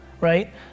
right